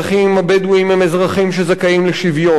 הבדואים הם אזרחים שזכאים לשוויון.